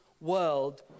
world